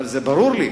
אבל זה ברור לי,